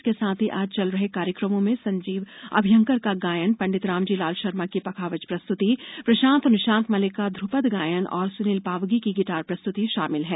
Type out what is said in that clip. इसके साथ ही आज चल रहे कार्यक्रमों में संजीव अभ्यंकर का गायन पंडित रामजी लाल शर्मा की प्रखावज प्रस्तुति प्रशांत और निशांत मलिक का ध्रूपर गायन और सुनील पावगी की गीटार प्रस्तुति शामिल है